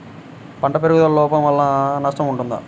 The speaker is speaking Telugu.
పంటల పెరుగుదల లోపం వలన నష్టము ఉంటుందా?